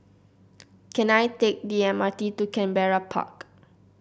can I take the M R T to Canberra Park